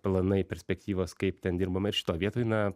planai perspektyvos kaip ten dirbama ir šitoj vietoj na